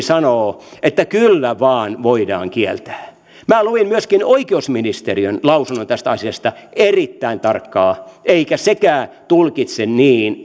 sanoo että kyllä vain voidaan kieltää minä luin myöskin oikeusministeriön lausunnon tästä asiasta erittäin tarkkaan eikä sekään tulkitse niin